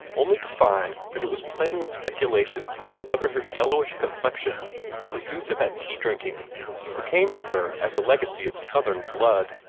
only to find that it was playing with speculations as to whether her yellowish complexion was due to that tea-drinking or came to her as a legacy of southern blood.